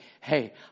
hey